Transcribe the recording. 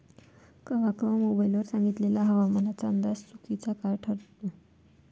कवा कवा मोबाईल वर सांगितलेला हवामानाचा अंदाज चुकीचा काऊन ठरते?